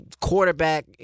quarterback